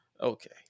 Okay